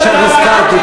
עכשיו הזכרתי.